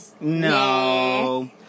no